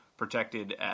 protected